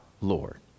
Lord